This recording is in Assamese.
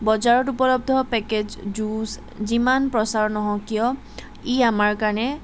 বজাৰত উপলব্ধ পেকেজ জুইচ যিমান প্ৰচাৰ নহওক কিয় ই আমাৰ কাৰণে